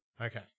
Okay